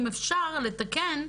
אם אפשר לתקן.